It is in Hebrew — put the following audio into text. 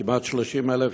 כמעט 30,000 יחידות: